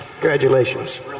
Congratulations